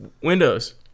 Windows